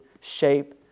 shape